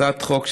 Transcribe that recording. הצעת חוק שנייה,